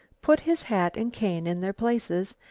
put his hat and cane in their places,